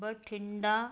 Bathinda